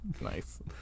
Nice